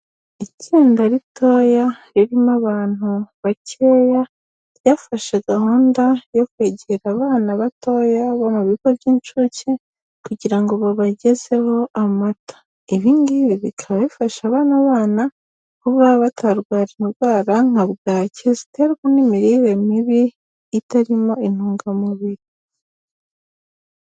Itsinda ritoya ririmo abantu bakeya ryafashe gahunda yo kwegera abana batoya bo mu bigo by'incuke kugira ngo babagezeho amata, ibingibi bikaba bifasha bano bana kuba batarwaye indwara nka bwaki ziterwa n'imirire mibi itarimo intungamubiri.